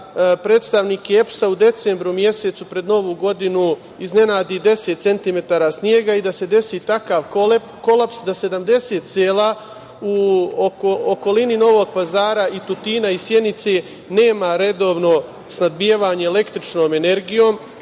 predstavnike EPS-a u decembru mesecu pred novu godinu iznenadi 10 cm snega i da se desi takav kolaps da 70 sela u okolini Novog Pazara i Tutina i Sjenice nema redovno snabdevanje električnom energijom.